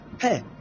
Hey